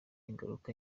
ingaruka